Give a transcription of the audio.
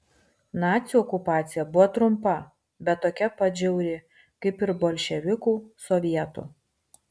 nacių okupacija buvo trumpa bet tokia pat žiauri kaip ir bolševikų sovietų